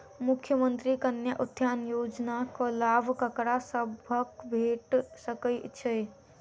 मुख्यमंत्री कन्या उत्थान योजना कऽ लाभ ककरा सभक भेट सकय छई?